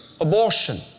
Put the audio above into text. abortion